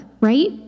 right